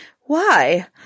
Why